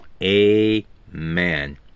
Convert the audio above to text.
Amen